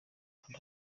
kanda